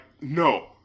no